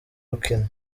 rukino